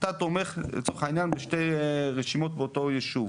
אתה תומך לצורך העניין בשתי רשימות באותו ישוב,